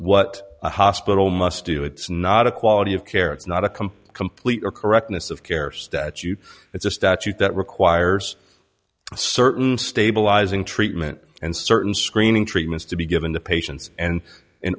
what a hospital must do it's not a quality of care it's not a complete complete or correctness of care statute it's a statute that requires certain stabilizing treatment and certain screening treatments to be given to patients and in